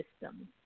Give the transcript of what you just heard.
system